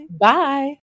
Bye